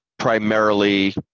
primarily